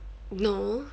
no